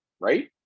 right